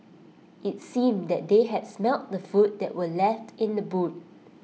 IT seemed that they had smelt the food that were left in the boot